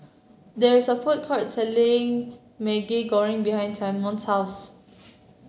there is a food court selling Maggi Goreng behind Simone's house